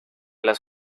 las